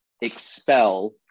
expel